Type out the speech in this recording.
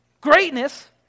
Greatness